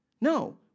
No